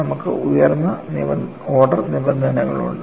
നമുക്ക് ഉയർന്ന ഓർഡർ ഘടകങ്ങളുണ്ട്